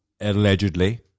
allegedly